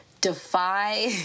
defy